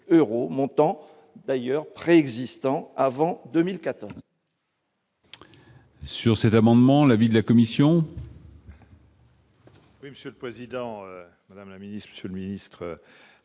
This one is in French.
montant d'ailleurs pré-existants avant 2014. Sur cet amendement, l'avis de la commission. Oui, Monsieur le Président, Madame la Ministre, Monsieur le Ministre